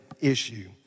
issue